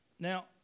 Now